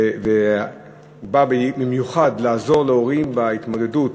ובא במיוחד לעזור להורים בהתמודדות